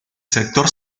sector